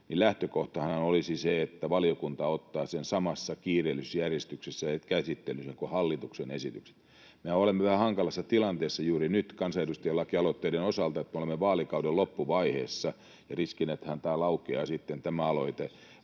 lähtökohtahan olisi se, että valiokunta ottaa sen samassa kiireellisyysjärjestyksessä käsittelyyn kuin hallituksen esitykset. Mehän olemme vähän hankalassa tilanteessa juuri nyt kansanedustajien lakialoitteiden osalta, kun olemme vaalikauden loppuvaiheessa. Riskihän on, että tämä aloite laukeaa sitten vaaleihin,